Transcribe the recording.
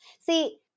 See